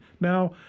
Now